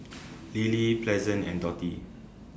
Lily Pleasant and Dottie